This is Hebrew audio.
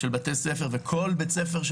בתי ספר, ועוד בונים.